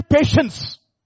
patience